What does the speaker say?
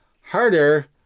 harder